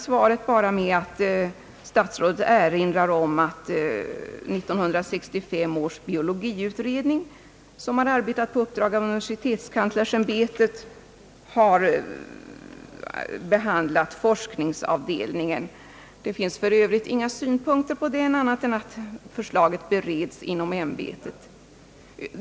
Svaret slutade med att statsrådet erinrade om att 1965 års biologiutredning, som arbetat på uppdrag av universitetskanslersämbetet, har behandlat forskningsavdelningen. Det finns för Övrigt inga synpunkter på den annat än att förslaget bereds inom ämbetet.